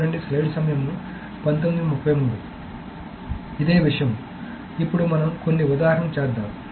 కాబట్టి ఇదే విషయం ఇప్పుడు మనం కొన్ని ఉదాహరణ చేద్దాం